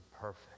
perfect